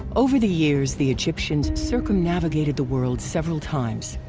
over the years the egyptians circumnavigated the world several times.